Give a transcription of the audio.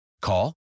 Call